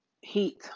Heat